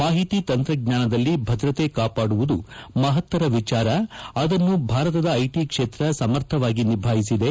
ಮಾಹಿತಿ ತಂತ್ರಜ್ಞಾನದಲ್ಲಿ ಭದ್ರತೆ ಕಾಪಾದುವುದು ಮಹತ್ತರ ವಿಚಾರ ಅದನ್ನು ಭಾರತದ ಐಟಿ ಕ್ಷೇತ್ರ ಸಮರ್ಥವಾಗಿ ನಿಭಾಯಿಸಿದೆ